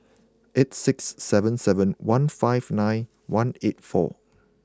eight six seven seven one five nine one eight four